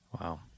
Wow